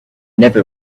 never